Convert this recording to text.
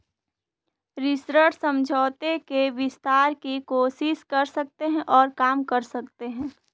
ऋण समझौते के विस्तार की कोशिश कर सकते हैं और काम कर सकते हैं